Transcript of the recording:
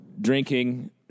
drinking